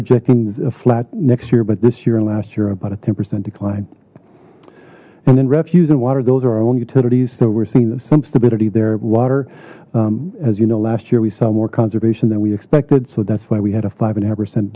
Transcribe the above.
projecting as a flat next year but this year in last year about a ten percent decline and then refuse and water those are our own utilities so we're seeing some stability there water as you know last year we saw more conservation than we expected so that's why we had a five and a